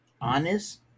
honest